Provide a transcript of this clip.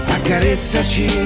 Accarezzaci